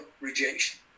rejection